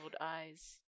eyes